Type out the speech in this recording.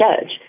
judge